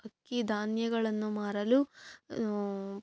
ಅಕ್ಕಿ ಧಾನ್ಯಗಳನ್ನು ಮಾರಲು